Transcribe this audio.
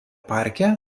parke